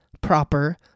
proper